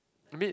I mean